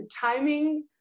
timing